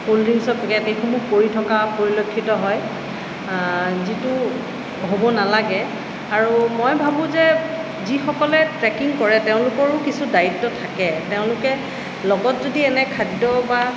cold ড্ৰিংছৰ packet এইসমূহ পৰি থকা পৰিলক্ষিত হয় যিটো হ'ব নালাগে আৰু মই ভাবোঁ যে যিসকলে ট্ৰেকিং কৰে তেওঁলোকৰো কিছু দায়িত্ব থাকে তেওঁলোকে লগত যদি এনে খাদ্য বা